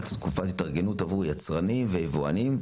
תקופת התארגנות עבור יצרנים ויבואנים,